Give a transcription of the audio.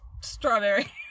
strawberry